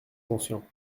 conscient